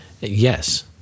Yes